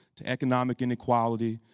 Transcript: to economic inequality,